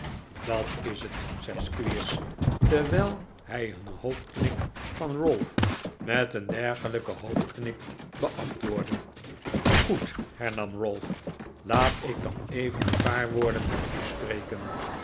dat is het zei squeers terwijl hij een hoofdknik van ralph met een dergelijken hoofdknik beantwoordde goed hernam ralph laat ik dan even een paar woorden met u spreken